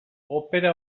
opera